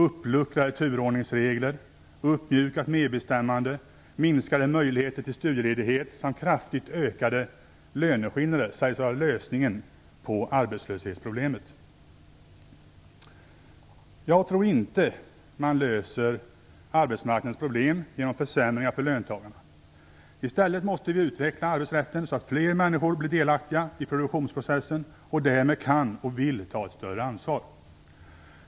Uppluckrade turordningsregler, uppmjukat medbestämmande, minskade möjligheter till studieledighet samt kraftigt ökade löneskillnader sägs vara lösningen på arbetslöshetsproblemet. Jag tror inte att man löser arbetmarknadens problem genom försämringar för löntagarna. I stället måste vi utveckla arbetsrätten så att fler människor blir delaktiga i produktionsprocessen och därmed kan och vill ta ett större ansvar.